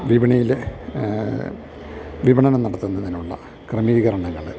വിപണിയിലെ വിപണനം നടത്തുന്നതിനുള്ള ക്രമീകരണങ്ങൾ